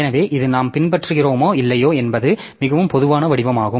எனவே இது நாம் பின்பற்றுகிறோமா இல்லையா என்பது மிகவும் பொதுவான வடிவமாகும்